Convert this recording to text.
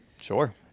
Sure